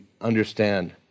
understand